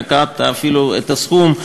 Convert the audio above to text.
נקבת אפילו בסכום,